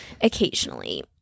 occasionally